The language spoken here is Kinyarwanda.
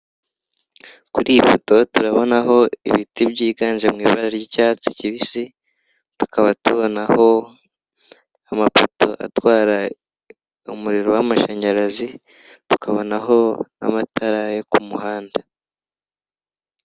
Kuri iyi foto turabonaho ibiti byiganje mu ibara ry'icyatsi kibisi, tukaba tubonaho amapoto atwara umuriro w'amashanyarazi, tukabonaho n'amatara yo ku muhanda.